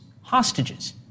hostages